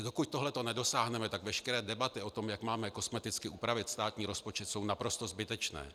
Dokud toho nedosáhneme, tak veškeré debaty o tom, jak máme kosmeticky upravit státní rozpočet, jsou naprosto zbytečné.